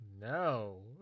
No